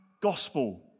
gospel